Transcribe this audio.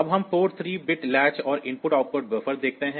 अब हम port 3 bit latch और IO बफ़र्स देखते हैं